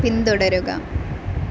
പിന്തുടരുക